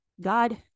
God